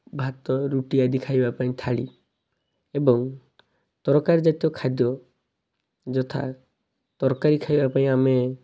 ଭାତ ରୁଟି ଆଦି ଖାଇବା ପାଇଁ ଥାଳି ଏବଂ ତରକାରୀ ଜାତୀୟ ଖାଦ୍ୟ ଯଥା ତରକାରୀ ଖାଇବା ପାଇଁ ଆମେ